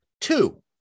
two